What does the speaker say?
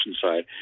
side